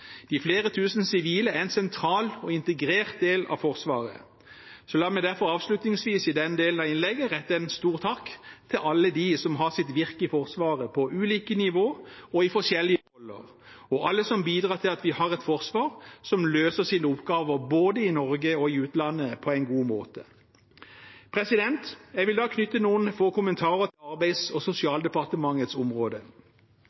De flere tusen sivile er en sentral og integrert del av Forsvaret. La meg derfor avslutningsvis i denne delen av innlegget rette en stor takk til alle dem som har sitt virke i Forsvaret – på ulike nivåer og i forskjellige roller – og alle som bidrar til at vi har et forsvar som løser sine oppgaver både i Norge og i utlandet på en god måte. Jeg vil knytte noen få kommentarer til Arbeids- og